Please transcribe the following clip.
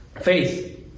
Faith